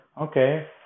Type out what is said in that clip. Okay